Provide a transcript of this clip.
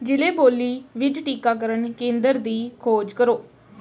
ਜ਼ਿਲ੍ਹੇ ਬੋਲੀ ਵਿੱਚ ਟੀਕਾਕਰਨ ਕੇਂਦਰ ਦੀ ਖੋਜ ਕਰੋ